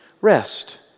rest